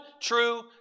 true